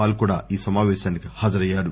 Paul కూడా ఈ సమాపేశానికి హాజరయ్యారు